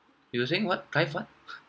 you were saying what clive what